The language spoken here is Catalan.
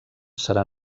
serà